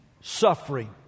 suffering